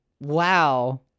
Wow